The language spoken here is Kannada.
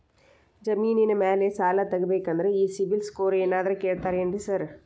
ಜಮೇನಿನ ಮ್ಯಾಲೆ ಸಾಲ ತಗಬೇಕಂದ್ರೆ ಈ ಸಿಬಿಲ್ ಸ್ಕೋರ್ ಏನಾದ್ರ ಕೇಳ್ತಾರ್ ಏನ್ರಿ ಸಾರ್?